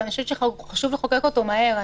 ואני חושבת שחשוב לחוקק אותו מהר.